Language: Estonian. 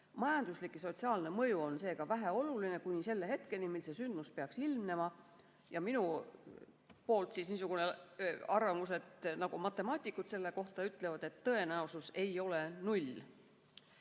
Majanduslik ja sotsiaalne mõju on seega väheoluline, kuni selle hetkeni, mil see sündmus peaks ilmnema. Minu niisugune arvamus on, et nagu matemaatikud selle kohta ütlevad, tõenäosus ei ole null.